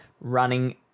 running